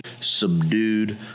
subdued